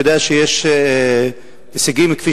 אני יודע שיש הישגים מבורכים,